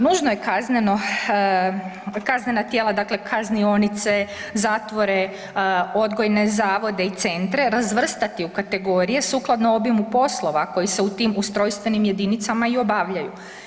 Nužno je kazneno, kaznena tijela, dakle kaznionice, zatvore, odgojne zavode i centre razvrstati u kategorije sukladno obimu poslova koji se u tim ustrojstvenim jedinicama i obavljaju.